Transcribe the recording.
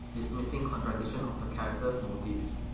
dismissing contradiction of the character's motives.